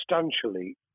substantially